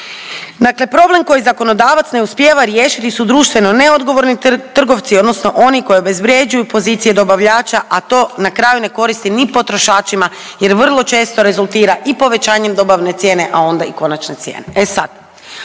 Dakle, problem koji zakonodavac ne uspijeva riješiti su društveno neodgovorni trgovci odnosno oni koji obezvrjeđuju pozicije dobavljača, a to na kraju ne koristi ni potrošačima jer vrlo često rezultira i povećanjem dobavne cijene, a onda i konačne cijene. E sad,